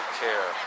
care